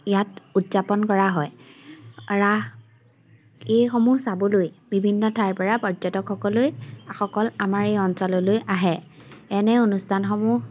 ইয়াত উদযাপন কৰা হয় ৰাস এইসমূহ চাবলৈ বিভিন্ন ঠাইৰপৰা পৰ্যটকসকলে সকল আমাৰ এই অঞ্চললৈ আহে এনে অনুষ্ঠানসমূহ